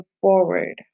forward